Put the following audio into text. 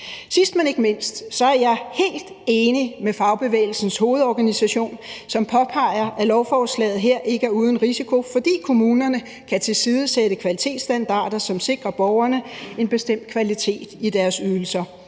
Sidst, men ikke mindst, er jeg helt enig med Fagbevægelsens Hovedorganisation, som påpeger, at lovforslaget her ikke er uden risiko, fordi kommunerne kan tilsidesætte kvalitetsstandarder, som sikrer borgerne en bestemt kvalitet i deres ydelser,